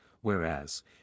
whereas